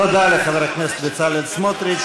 תודה לחבר הכנסת בצלאל סמוטריץ.